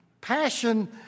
passion